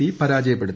C പരാജയപ്പെടുത്തി